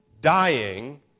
dying